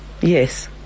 Yes